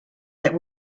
that